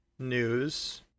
News